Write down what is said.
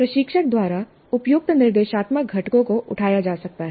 प्रशिक्षक द्वारा उपयुक्त निर्देशात्मक घटकों को उठाया जा सकता है